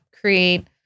create